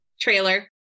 trailer